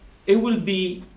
it will be